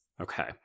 okay